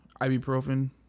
ibuprofen